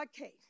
Okay